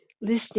listening